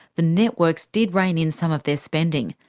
the networks did rein in some of their spending,